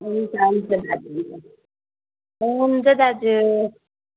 हुन्छ हुन्छ दाजु हुन्छ हुन्छ दाजु